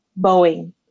Boeing